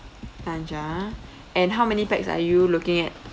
lunch ah and how many pax are you looking at